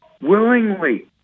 willingly